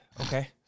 Okay